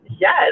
Yes